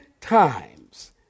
times